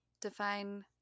Define